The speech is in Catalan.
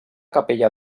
capella